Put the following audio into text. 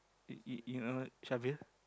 you you you know syabil